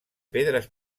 pedres